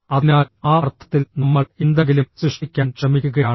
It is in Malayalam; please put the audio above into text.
അതിനാൽ ആ അർത്ഥത്തിൽ നമ്മൾ എന്തെങ്കിലും സൃഷ്ടിക്കാൻ ശ്രമിക്കുകയാണ്